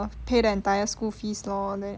err pay the entire school fees lor